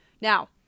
Now